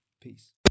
Peace